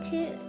Two